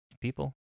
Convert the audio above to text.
people